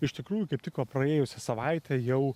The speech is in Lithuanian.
iš tikrųjų kaip tik va praėjusią savaitę jau